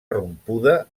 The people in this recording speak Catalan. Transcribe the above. rompuda